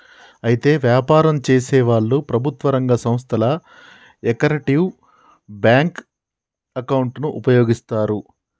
అయితే వ్యాపారం చేసేవాళ్లు ప్రభుత్వ రంగ సంస్థల యొకరిటివ్ బ్యాంకు అకౌంటును ఉపయోగిస్తారు